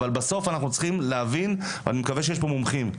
אבל בסוף אנחנו צריכים להבין ואני מקווה שיש פה מומחים,